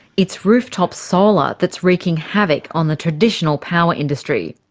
it's rooftop solar that's wreaking havoc on the traditional power industry.